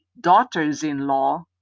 daughters-in-law